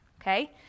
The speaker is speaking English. okay